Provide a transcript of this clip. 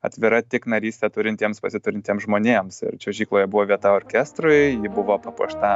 atvira tik narystę turintiems pasiturintiems žmonėms ir čiuožykloje buvo vieta orkestrui ji buvo papuošta